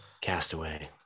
Castaway